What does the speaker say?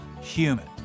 human